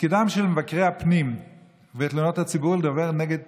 תפקידם של מבקרי הפנים ותלונות הציבור לדבר נגד